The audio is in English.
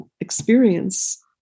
experience